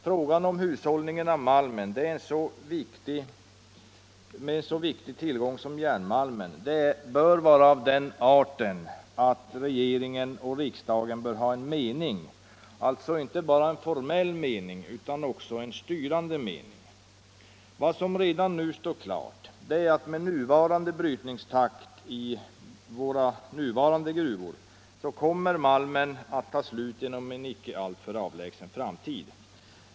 Frågan om hushållningen med en så viktig tillgång som järnmalmen är av den arten att regeringen och riksdagen bör ha en mening — alltså inte bara en formell mening utan en styrande mening. Vad som redan nu står klart är att med nuvarande brytningstakt i våra nuvarande gruvor kommer malmen att ta slut inom en icke alltför avlägsen framtid.